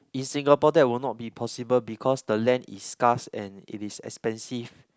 in Singapore that will not be possible because the land is scarce and it is expensive